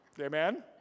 Amen